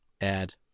add